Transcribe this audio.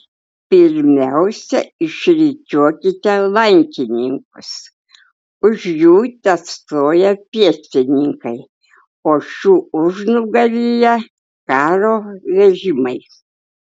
pirmiausia išrikiuokite lankininkus už jų testoja pėstininkai o šių užnugaryje karo vežimai